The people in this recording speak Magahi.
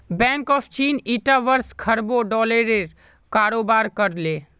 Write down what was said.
बैंक ऑफ चीन ईटा वर्ष खरबों डॉलरेर कारोबार कर ले